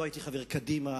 לא הייתי חבר קדימה.